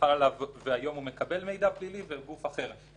חל עליו והיום מקבל מידע פלילי מגוף אחר.